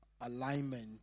alignment